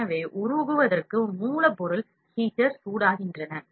எனவே உருகுவதற்கு மூலப்பொருள் ஹீட்டர்கள் சூடாகின்றன